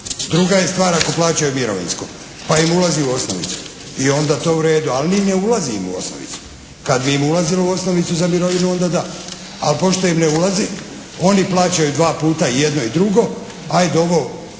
Druga je stvar ako plaćaju mirovinsko pa im ulazi u osnovicu. I onda je to u redu. Ali mi ne ulazimo u osnovicu. Kad bi im ulazilo u osnovicu za mirovinu onda da. Ali pošto im ne ulazi, oni plaćaju dva puta i jedno i drugo, ajd' ovo